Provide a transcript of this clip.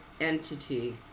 entity